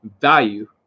value